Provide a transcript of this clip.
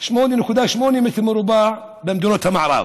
8.8 מ"ר במדינות המערב.